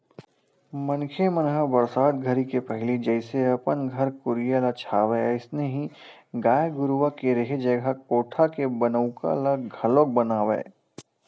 मनखे मन ह बरसात घरी के पहिली जइसे अपन घर कुरिया ल छावय अइसने ही गाय गरूवा के रेहे जघा कोठा के बनउका ल घलोक बनावय